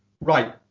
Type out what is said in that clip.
right